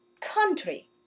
country